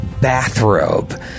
bathrobe